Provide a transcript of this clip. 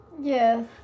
Yes